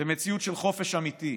למציאות של חופש אמיתי,